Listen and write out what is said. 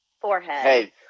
forehead